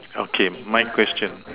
okay my question